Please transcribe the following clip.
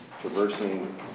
traversing